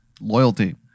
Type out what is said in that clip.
Loyalty